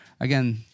again